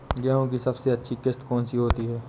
गेहूँ की सबसे अच्छी किश्त कौन सी होती है?